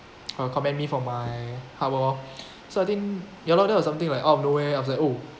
uh commend me for my hard work lor so I think ya lor that was something like out of nowhere after that oh